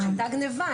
שהיתה גניבה,